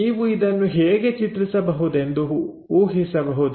ನೀವು ಇದನ್ನು ಹೇಗೆ ಚಿತ್ರಿಸಬಹುದೆಂದು ಊಹಿಸಬಹುದೇ